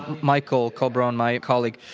michael colburn, my colleague.